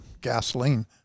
gasoline